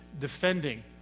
defending